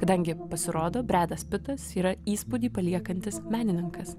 kadangi pasirodo bretas pitas yra įspūdį paliekantis menininkas